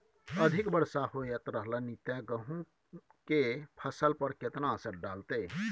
अधिक वर्षा होयत रहलनि ते गेहूँ के फसल पर केतना असर डालतै?